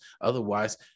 Otherwise